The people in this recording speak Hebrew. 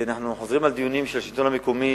אנחנו מקיימים דיונים על השלטון המקומי